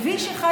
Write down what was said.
כביש אחד,